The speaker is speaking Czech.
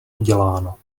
uděláno